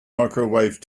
microwave